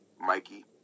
Mikey